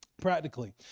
Practically